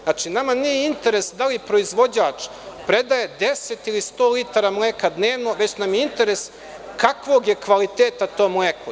Znači, nama nije interes da li proizvođač predaje 10 ili 100 litara mleka dnevno, već nam je interes kakvog je kvaliteta to mleko.